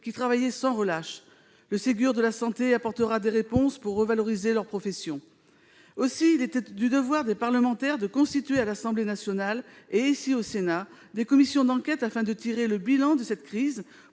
qui travaillaient sans relâche. Le Ségur de la santé apportera des réponses pour revaloriser leurs professions. Aussi, il était du devoir des parlementaires de constituer à l'Assemblée nationale et ici, au Sénat, des commissions d'enquête, afin de tirer le bilan de cette crise,